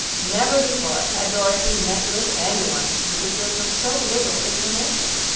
never before had dorothy met with anyone who could give her so little information.